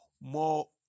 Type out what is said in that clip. more